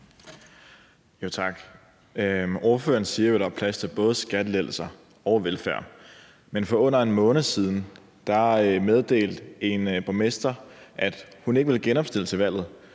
Tak. Ordføreren siger jo, at der er plads til både skattelettelser og velfærd, men for under 1 måned siden meddelte en borgmester, at hun ikke ville genopstille ved valget,